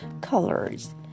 colors